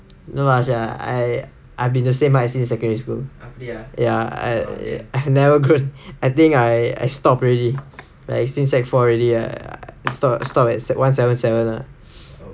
no I've been the same height since secondary school ya I I've never grow I think I I stop already like since sec four already err stop stop at one seven seven lah